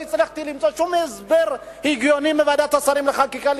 לא הצלחתי למצוא שום הסבר הגיוני להתנגדות של ועדת השרים לחקיקה.